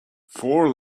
four